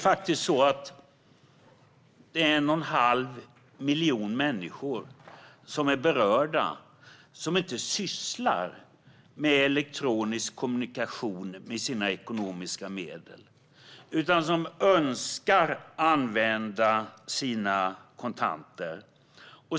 1 1⁄2 miljon människor är berörda, och de sysslar inte med elektronisk kommunikation när de hanterar sina ekonomiska medel. De önskar få använda sina kontanter.